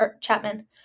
Chapman